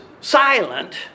silent